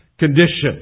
condition